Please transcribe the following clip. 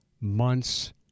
months